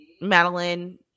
Madeline